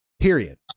Period